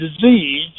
disease